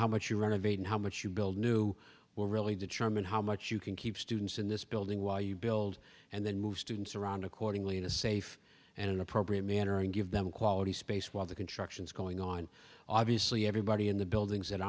how much you renovate and how much you build new will really determine how much you can keep students in this building while you build and then move students around accordingly in a safe and appropriate manner and give them quality space while the construction is going on obviously everybody in the buildings that